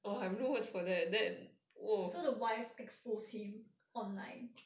so the wife exposed him online